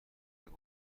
قیمت